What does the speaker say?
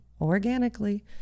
organically